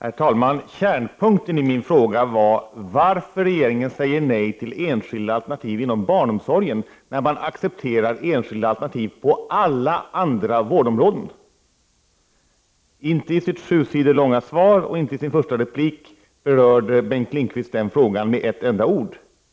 Herr talman! Kärnpunkten i min fråga var varför regeringen säger nej till enskilda alternativ inom barnomsorgen när man accepterar enskilda alternativ på alla andra vårdområden. Inte i sitt sju sidor långa svar och inte i sin första replik berörde Bengt Lindqvist den frågan med ett enda ord.